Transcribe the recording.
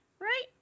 right